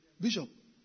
Bishop